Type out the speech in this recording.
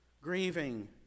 Grieving